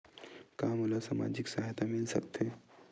का मोला सामाजिक सहायता मिल सकथे?